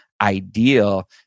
ideal